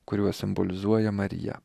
kuriuos simbolizuoja marija